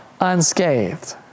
unscathed